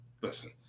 Listen